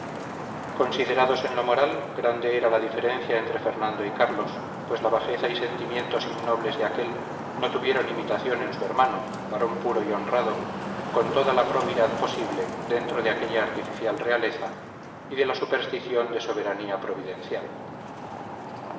considerados en lo moral grande era la diferencia entre fernando y carlos pues la bajeza y sentimientos innobles de aquel no tuvieron imitación en su hermano varón puro y honrado con toda la probidad posible dentro de aquella artificial realeza y de la superstición de soberanía providencial